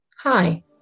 Hi